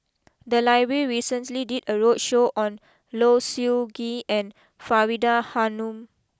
the library recently did a roadshow on Low Siew Nghee and Faridah Hanum